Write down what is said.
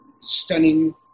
stunning